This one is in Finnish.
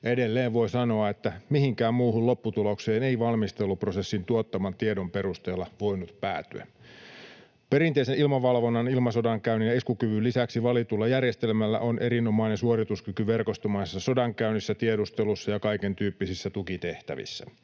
Edelleen voi sanoa, että mihinkään muuhun lopputulokseen ei valmisteluprosessin tuottaman tiedon perusteella voinut päätyä. Perinteisen ilmavalvonnan, ilmasodankäynnin ja iskukyvyn lisäksi valitulla järjestelmällä on erinomainen suorituskyky verkostomaisessa sodankäynnissä, tiedustelussa ja kaikentyyppisissä tukitehtävissä.